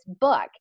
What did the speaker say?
book